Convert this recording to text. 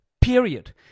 period